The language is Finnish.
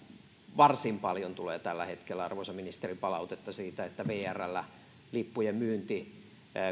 varsin paljon tulee tällä hetkellä arvoisa ministeri palautetta siitä että vrllä lippujen myynti